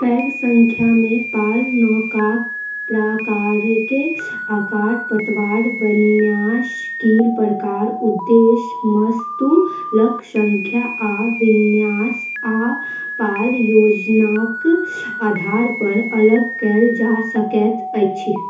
पैघ संख्यामे पाल नौकाक प्रकारकेँ आकार पतवार वन्यास कील प्रकार उद्देश्य मस्तूलक संख्या आ विन्यास आ पाल योजनाक आधार पर अलग कएल जा सकैत अछि